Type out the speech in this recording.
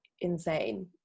insane